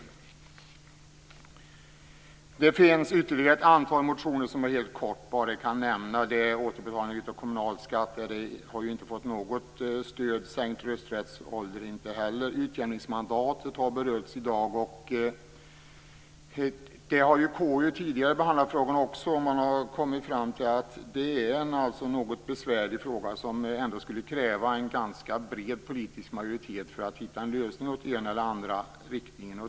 Det finns ytterligare ett antal motioner som jag helt kort skall nämna. Det gäller återbetalning av kommunalskatt, som inte har fått något stöd, inte heller sänkt rösträttsålder. Utjämningsmandatet har berörts i dag. KU har tidigare behandlat frågan, och man har kommit fram till att det är en något besvärlig fråga där det ändå skulle krävas en ganska bred politisk majoritet för att hitta en lösning i den ena eller den andra riktningen.